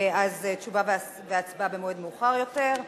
תשובה והצבעה במועד מאוחר יותר.